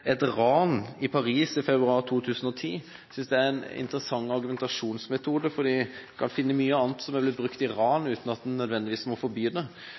et ran i Paris i februar 2010. Jeg synes det er en interessant argumentasjonsmetode, for en kan finne mye annet som er blitt brukt i et ran, uten at en nødvendigvis må forby det.